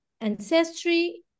ancestry